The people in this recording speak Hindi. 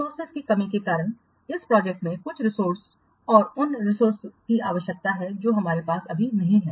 रिसोर्सेस की कमी के कारण इस प्रोजेक्ट में कुछ रिसोर्सेस और उन रिसोर्सेसकी आवश्यकता है जो हमारे पास अभी नहीं हैं